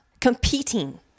competing